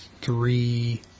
three